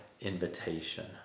invitation